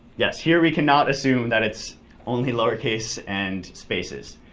yes. here we cannot assume that it's only lowercase and spaces.